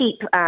keep